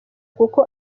kuko